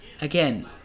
again